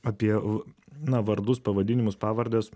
apie v na vardus pavadinimus pavardes